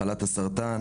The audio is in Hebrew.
מחלת הסרטן